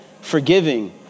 forgiving